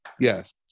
yes